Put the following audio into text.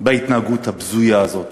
בהתנהגות הבזויה הזאת,